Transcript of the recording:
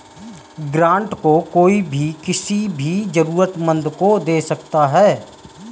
grant को कोई भी किसी भी जरूरतमन्द को दे सकता है